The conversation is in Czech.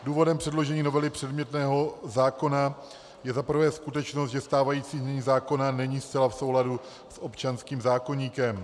Důvodem předložení novely předmětného zákona je za prvé skutečnost, že stávající znění zákona není zcela v souladu s občanským zákoníkem.